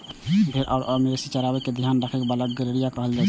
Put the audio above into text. भेड़ आ आन मवेशी कें चराबै आ ध्यान राखै बला कें गड़ेरिया कहल जाइ छै